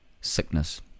sickness